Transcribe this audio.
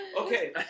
okay